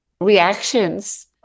reactions